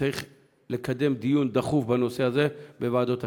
צריך לקדם דיון דחוף בנושא הזה בוועדות הכנסת.